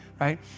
right